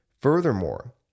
Furthermore